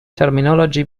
terminology